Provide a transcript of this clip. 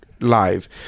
live